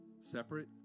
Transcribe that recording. separate